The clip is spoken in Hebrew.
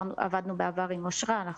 עבדנו בעבר עם אושרה,